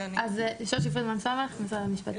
שמי שושי פרידמן-סומך, משרד המשפטים.